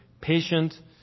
patient